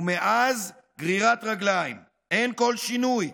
ומאז, גרירת רגליים, אין כל שינוי.